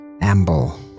amble